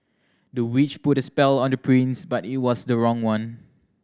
the witch put a spell on the prince but it was the wrong one